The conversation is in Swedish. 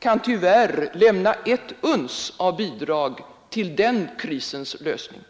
kan tyvärr lämna ett uns av bidrag till den krisens lösning.